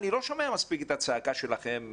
אני לא שומע מספיק את הצעקה שלכם,